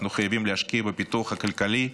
אנחנו חייבים להשקיע בפיתוח הכלכלי,